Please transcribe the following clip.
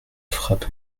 frappé